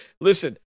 Listen